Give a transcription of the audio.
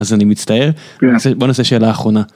אז אני מצטער, בוא נעשה שאלה אחרונה.